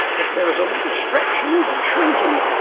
if there was a lot of stretching and shrinking.